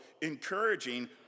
encouraging